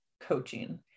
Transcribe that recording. coaching